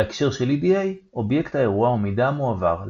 בהקשר של EDA אובייקט האירוע הוא מידע המועבר,